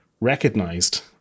recognized